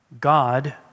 God